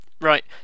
Right